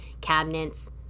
cabinets